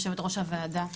יו"ר הוועדה,